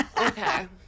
Okay